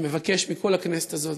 אני מבקש מכל הכנסת הזאת,